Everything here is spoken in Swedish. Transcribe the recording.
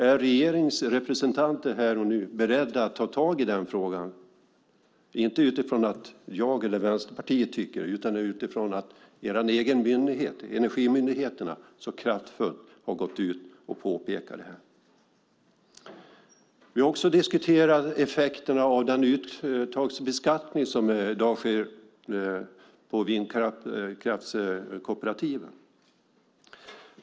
Är regeringens representanter beredda att här och nu ta tag i den frågan? Jag frågar inte utifrån att jag och Vänsterpartiet tycker det utan utifrån att regeringens egen myndighet, Energimyndigheten, kraftfullt gått ut och påpekat detta. Vi har också diskuterat den uttagsbeskattning som i dag sker av vindkraftskooperativen.